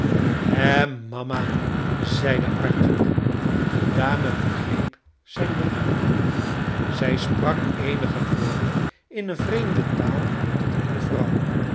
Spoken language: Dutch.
mama zeide arthur de dame begreep zijn bedoeling zij sprak eenige woorden in een vreemde taal tot eene vrouw